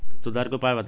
सुधार के उपाय बताई?